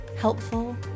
helpful